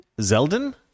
Zeldin